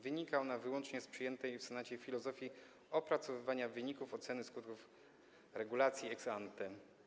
Wynika ona wyłącznie z przyjętej w Senacie filozofii opracowywania wyników oceny skutków regulacji ex ante.